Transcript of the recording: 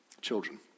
children